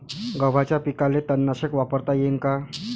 गव्हाच्या पिकाले तननाशक वापरता येईन का?